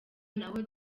naho